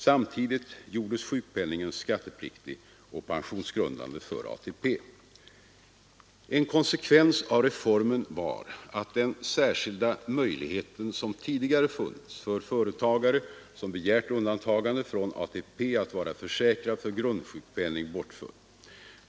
Samtidigt gjordes sjukpenningen skattepliktig och pensionsgrundande för ATP. En konsekvens av reformen var att den särskilda möjlighet som tidigare funnits för företagare som begärt undantagande från ATP att vara försäkrad för grundsjukpenning bortföll.